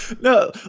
no